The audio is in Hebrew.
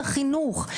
החינוך.